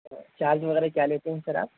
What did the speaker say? charge وغیرہ کیا لیتے ہیں سر آپ